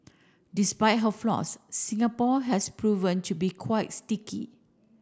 despite her flaws Singapore has proven to be quite sticky